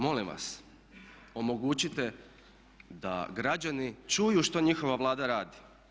Molim vas omogućite da građani čuju što njihova Vlada radi.